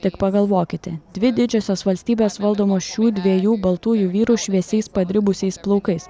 tik pagalvokite dvi didžiosios valstybės valdomos šių dviejų baltųjų vyrų šviesiais padribusiais plaukais